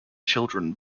children